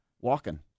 walking